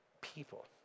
people